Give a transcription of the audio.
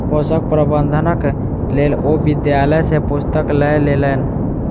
पोषक प्रबंधनक लेल ओ विद्यालय सॅ पुस्तक लय लेलैन